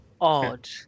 odd